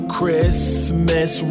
Christmas